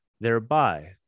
Thereby